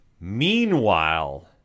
Meanwhile